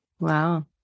Wow